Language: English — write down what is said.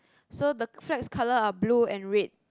so the flags' colour are blue and red